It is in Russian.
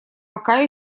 пока